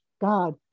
God